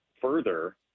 further